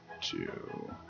two